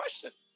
question